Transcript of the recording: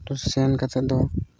ᱥᱮᱱ ᱠᱟᱛᱮᱫ ᱫᱚ